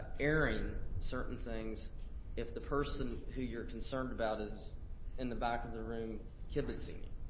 airing certain things if the person who you're concerned about is and the back of the room kibitzing you.